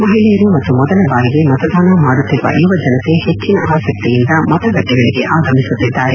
ಮಹಳೆಯರು ಮತ್ತು ಮೊದಲ ಬಾರಿಗೆ ಮತದಾನ ಮಾಡುತ್ತಿರುವ ಯುವ ಜನತೆ ಹೆಚ್ಚಿನ ಆಸಕ್ತಿಯಿಂದ ಮತಗಟ್ಟಿಗಳಿಗೆ ಆಗಮಿಸುತ್ತಿದ್ದಾರೆ